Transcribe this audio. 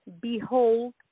Behold